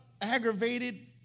aggravated